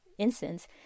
instance